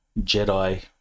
Jedi